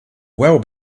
well